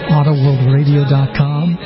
AutoWorldRadio.com